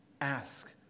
ask